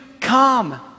come